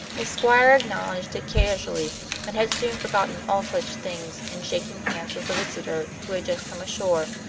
the squire acknowledged it casually and had soon forgotten all such things in shaking hands with the visitor who had just come ashore.